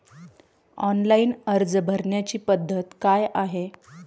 Online अर्ज भरण्याची पद्धत काय आहे?